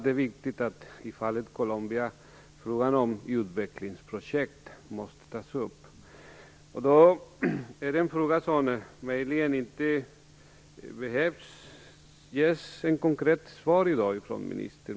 Det är viktigt att frågan om utvecklingsprojekt tas upp i fallet Colombia. Det är en fråga som möjligen inte behöver ges ett konkret svar på i dag från ministern.